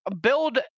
build